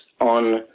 on